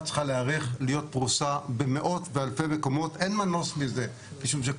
המשרד לביטחון הפנים איציק עוז תת